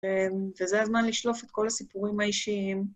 וזה הזמן לשלוף את כל הסיפורים האישיים.